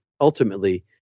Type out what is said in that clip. ultimately